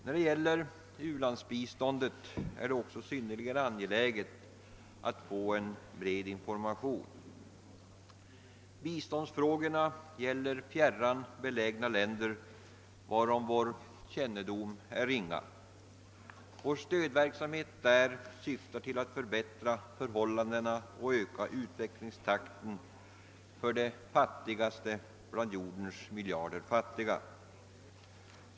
När det gäller u-landsbiståndet är det också synnerligen angeläget med en bred information. Biståndsfrågorna gäller fjärran belägna länder om vilka vår kännedom är ringa. Vår stödverksamhet syftar till att förbättra förhållandena och öka utvecklingstakten för de fatti gaste bland jordens miljarder fattiga.